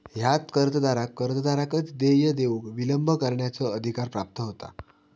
ह्यात कर्जदाराक कर्जदाराकच देय देऊक विलंब करण्याचो अधिकार प्राप्त होता